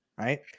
right